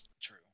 True